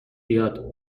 بیاد